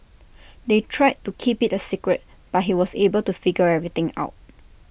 they tried to keep IT A secret but he was able to figure everything out